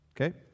Okay